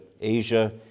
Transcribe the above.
Asia